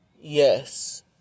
Yes